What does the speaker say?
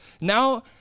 Now